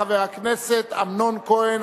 חבר הכנסת אמנון כהן.